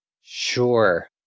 Sure